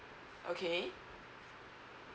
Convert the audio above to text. okay